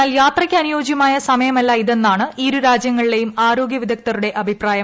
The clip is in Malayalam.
എന്നാൽ യാത്രയ്ക്ക് അനുയോജ്യമായ സമയമല്ല ഇതെന്നാണ് ഇരു രാജ്യങ്ങളിലേയും ആരോഗ്യ വിദഗ്ധരുടെ അഭിപ്രായം